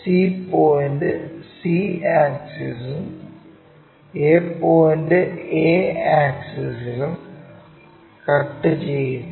c point c ആക്സിസും a point a ആക്സിസിലും cut ചെയുന്നു